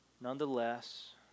nonetheless